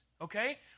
okay